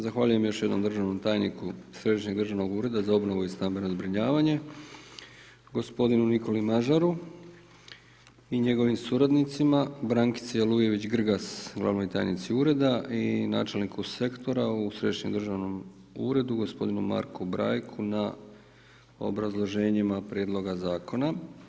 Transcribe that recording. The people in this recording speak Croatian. Zahvaljujem još jednom državnom tajniku Središnjeg državnog ureda za obnovu i stambeno zbrinjavanje gospodinu Nikoli Mažaru i njegovim suradnicima, Brankici Alujević Grgas, glavnoj tajnici ureda i načelniku sektora u Središnjem državnom uredu gospodinu Marku Brajku na obrazloženjima prijedloga zakona.